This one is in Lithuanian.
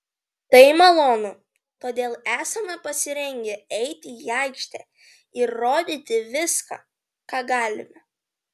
tai malonu todėl esame pasirengę eiti į aikštę ir rodyti viską ką galime